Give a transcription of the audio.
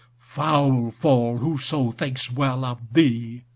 foul fall whoso thinks well of thee!